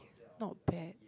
not bad